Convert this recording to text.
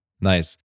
Nice